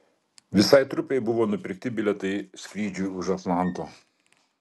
visai trupei buvo nupirkti bilietai skrydžiui už atlanto